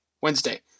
Wednesday